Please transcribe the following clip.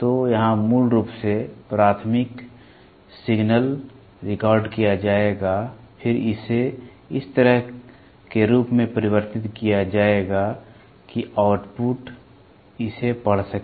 तो यहां मूल रूप से प्राथमिक सिग्नल रिकॉर्ड किया जाएगा फिर इसे इस तरह के रूप में परिवर्तित किया जाएगा कि आउटपुट इसे पढ़ सके